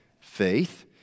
faith